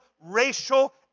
racial